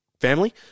family